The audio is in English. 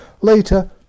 Later